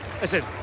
Listen